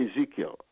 Ezekiel